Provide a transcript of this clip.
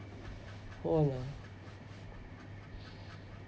hold on ah